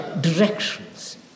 directions